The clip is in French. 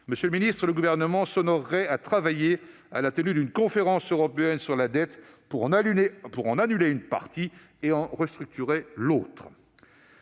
Monsieur le secrétaire d'État, le Gouvernement s'honorerait à travailler à la tenue d'une conférence européenne sur la dette, afin d'en annuler une partie et de restructurer l'autre.